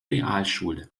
realschule